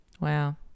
Wow